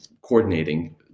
coordinating